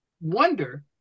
wonder